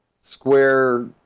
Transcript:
square